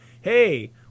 hey